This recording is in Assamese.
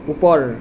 ওপৰ